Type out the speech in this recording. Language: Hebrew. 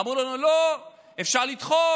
אמרו לנו: לא, אפשר לדחות.